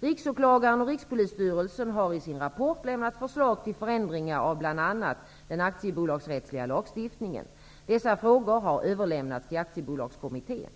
Riksåklagaren och Rikspolisstyrelsen har i sin rapport lämnat förslag till förändringar av bl.a. den aktiebolagsrättsliga lagstiftningen. Dessa frågor har överlämnats till Aktiebolagskommittén.